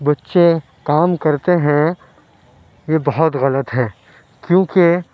بچے کام کرتے ہیں یہ بہت غلط ہے کیونکہ